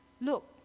Look